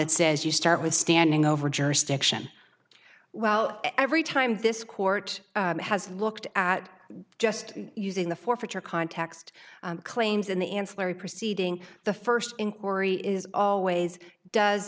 that says you start with standing over jurisdiction well every time this court has looked at just using the forfeiture context claims in the ancillary proceeding the first inquiry is always does